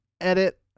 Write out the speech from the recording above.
edit